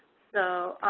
so,